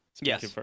Yes